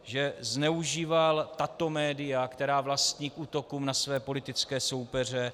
Že zneužíval tato média, která vlastní, k útokům na své politické soupeře.